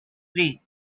three